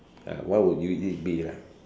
uh what would you it be lah